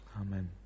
Amen